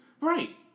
Right